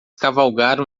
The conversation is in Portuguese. cavalgaram